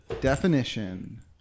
Definition